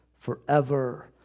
Forever